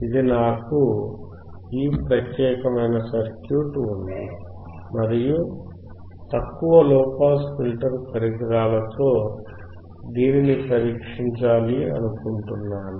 ఇప్పుడు నాకు ఈ ప్రత్యేకమైన సర్క్యూట్ ఉంది మరియు తక్కువ లోపాస్ ఫిల్టర్ పరికరాలతో దీనిని పరీక్షించాలనుకుంటున్నాను